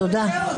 תודה.